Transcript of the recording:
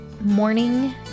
morning